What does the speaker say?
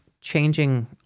changing